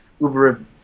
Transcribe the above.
Uber